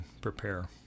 prepare